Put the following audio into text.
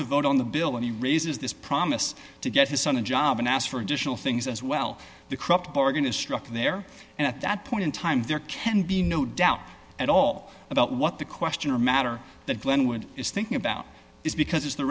to vote on the bill and he raises this promise to get his son a job and ask for additional things as well the krupp bargain is struck there and at that point in time there can be no doubt at all about what the questioner matter that glenwood is thinking about is because it's the